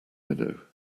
know